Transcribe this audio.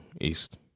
East